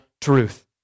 truth